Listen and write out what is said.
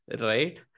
right